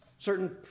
certain